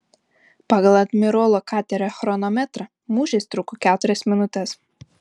pagal admirolo katerio chronometrą mūšis truko keturias minutes